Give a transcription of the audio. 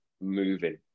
moving